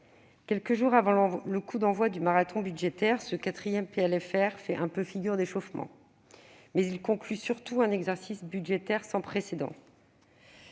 Quelques jours avant le coup d'envoi du marathon budgétaire, ce quatrième PLFR fait un peu figure d'échauffement, mais il conclut surtout un exercice budgétaire sans précédent.